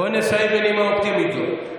בואו נסיים בנימה אופטימית זו.